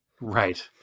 Right